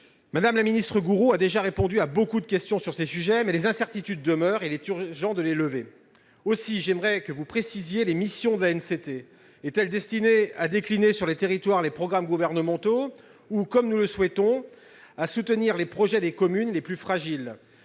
des territoires, a déjà répondu à de nombreuses questions sur ces sujets, mais les incertitudes demeurent ; il est urgent de les lever. Aussi, monsieur le ministre, j'aimerais que vous précisiez les missions de l'ANCT : est-elle destinée à décliner sur les territoires les programmes gouvernementaux ou, comme nous le souhaitons, à soutenir les projets des communes les plus fragiles ?